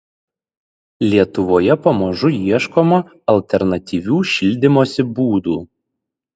lietuvoje pamažu ieškoma alternatyvių šildymosi būdų